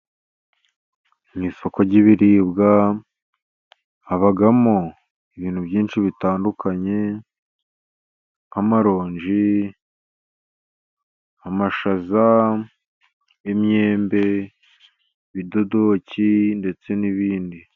Mu isoko ry'ibiribwa habamo ibintu byinshi bitandukanye nk'amaronji, amashaza, imyembe, bidodoki ndetse n'ibindi.